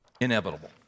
Inevitable